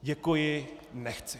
Děkuji, nechci.